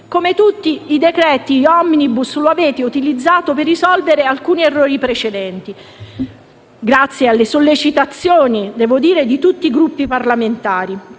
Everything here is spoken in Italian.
Come tutti i decreti *omnibus*, lo avete utilizzato per risolvere alcuni errori precedenti, grazie alle sollecitazioni di tutti i Gruppi parlamentari.